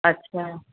अच्छा